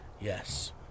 Yes